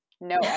no